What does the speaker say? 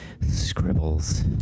Scribbles